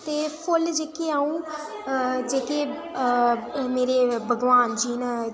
ते फुल्ल जेह्के अ'ऊं जेह्के मेरे भगवान जी न